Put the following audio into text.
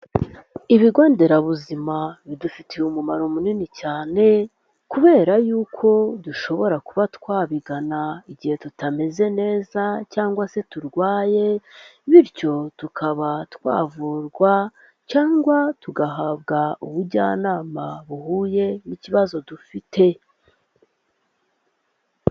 Ibigo nderabuzima bidufitiye umumaro munini cyane, kubera yuko dushobora kuba twabigana igihe tutameze neza cyangwa se turwaye, bityo tukaba twavurwa cyangwa tugahabwa ubujyanama buhuye n'ikibazo dufite.